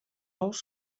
ous